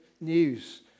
news